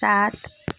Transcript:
सात